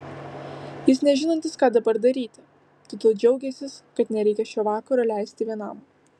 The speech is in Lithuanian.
jis nežinantis ką dabar daryti todėl džiaugiąsis kad nereikią šio vakaro leisti vienam